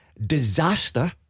Disaster